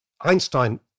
Einstein